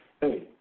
hey